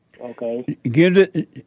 Okay